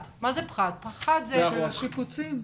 שיפוצים.